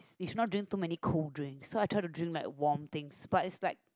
you should not drink too many cold drinks so I tried to drink like warm things but is like